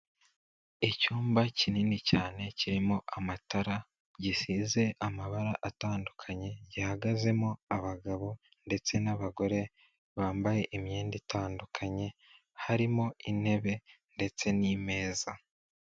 Icyumba kinini cyane kirimo amatara, gisize amabara atandukanye gihagazemo abagabo ndetse n'abagore bambaye imyenda itandukanye, harimo intebe ndetse n'imeza.